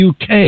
UK